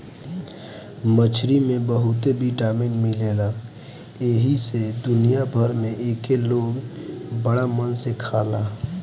मछरी में बहुते विटामिन मिलेला एही से दुनिया भर में एके लोग बड़ा मन से खाला